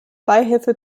beihilfe